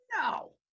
No